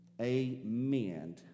amen